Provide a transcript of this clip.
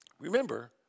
Remember